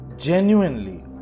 Genuinely